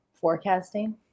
forecasting